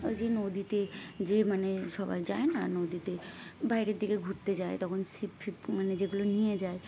ওই যে নদীতে যে মানে সবাই যায় না নদীতে বাইরের দিকে ঘুরতে যায় তখন ছিপ ফিপ মানে যেগুলো নিয়ে যায়